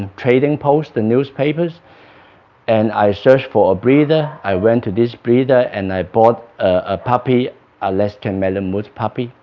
trading post the newspapers and i searched for a breeder, i went to this breeder and i bought a puppy alaskan malamute puppy,